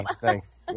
thanks